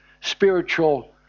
spiritual